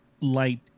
light